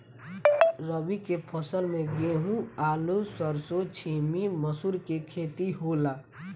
रबी के फसल में गेंहू, आलू, सरसों, छीमी, मसूर के खेती होला